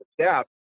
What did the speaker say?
staff